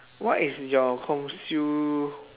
what is your consume